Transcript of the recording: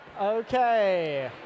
Okay